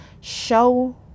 show